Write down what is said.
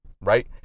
right